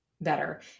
better